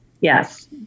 Yes